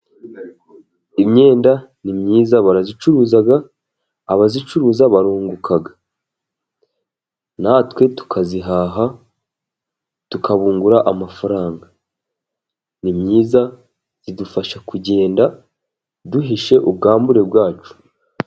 Imyenda ni myiza barayicuruza, abacuruza barunguka natwe tukayihaha tukabungura amafaranga, ni myiza idufasha kugenda duhishe ubwambure bwacu.